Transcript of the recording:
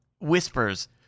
whispers